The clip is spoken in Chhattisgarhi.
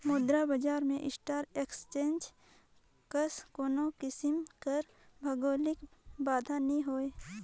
मुद्रा बजार में स्टाक एक्सचेंज कस कोनो किसिम कर भौगौलिक बांधा नी होए